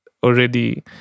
already